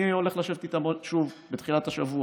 אני הולך לשבת איתם שוב בתחילת השבוע.